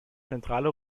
zentrale